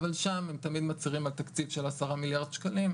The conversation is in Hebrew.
אבל שם הם תמיד מצהירים על תקציב של 10 מיליארד שקלים,